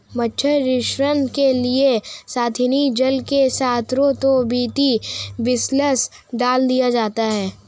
मच्छर नियंत्रण के लिए स्थानीय जल के स्त्रोतों में बी.टी बेसिलस डाल दिया जाता है